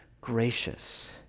gracious